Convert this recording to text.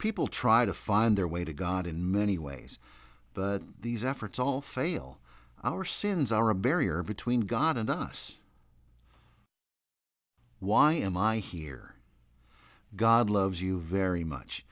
people try to find their way to god in many ways but these efforts all fail our sins are a barrier between god and us why am i here god loves you very much